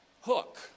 hook